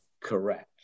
correct